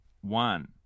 one